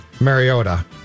Mariota